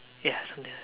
ya something like that